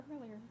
earlier